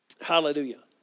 Hallelujah